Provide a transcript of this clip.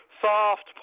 soft